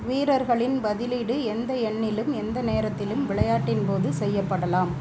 வீரர்களின் பதிலீடு எந்த எண்ணிலும் எந்த நேரத்திலும் விளையாட்டின் போது செய்யப்படலாம்